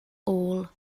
all